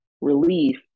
relief